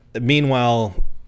Meanwhile